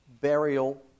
burial